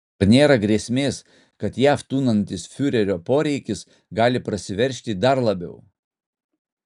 ar nėra grėsmės kad jav tūnantis fiurerio poreikis gali prasiveržti dar labiau